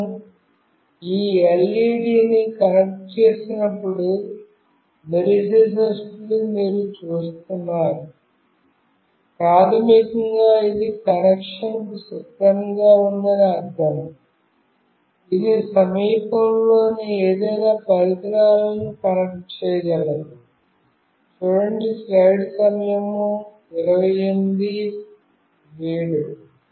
నేను ఈ ఎల్ఈడీని కనెక్ట్ చేసినప్పుడు మెరిసేటట్లు మీరు చూస్తున్నారు ప్రాథమికంగా ఇది కనెక్షన్కు సిద్ధంగా ఉందని అర్థం ఇది సమీపంలోని ఏదైనా పరికరాలకు కనెక్ట్ చేయగలదు